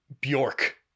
Bjork